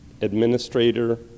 administrator